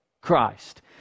christ